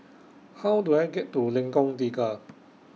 How Do I get to Lengkong Tiga